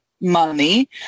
money